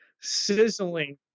sizzling